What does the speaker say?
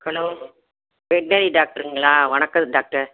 hello veterinary டாக்டருங்ளா வணக்கம் doctor